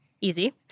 Easy